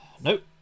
Nope